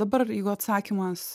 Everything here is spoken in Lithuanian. dabar jeigu atsakymas